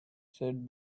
said